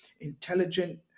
intelligent